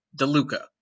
DeLuca